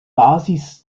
basis